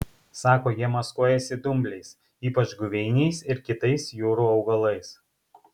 sako jie maskuojasi dumbliais ypač guveiniais ir kitais jūrų augalais